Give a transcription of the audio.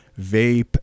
vape